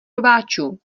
rváčů